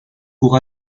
pour